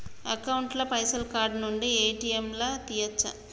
Account ల పైసల్ card నుండి ఏ.టి.ఎమ్ లా తియ్యచ్చా?